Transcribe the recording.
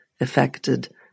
affected